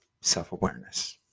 self-awareness